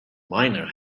miner